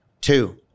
Two